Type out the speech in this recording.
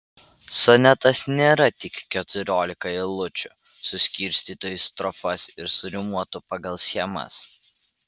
sonetas nėra tik keturiolika eilučių suskirstytų į strofas ir surimuotų pagal schemas